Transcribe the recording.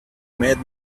made